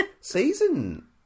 season